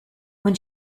when